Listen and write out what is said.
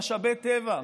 משאבי טבע,